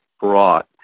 brought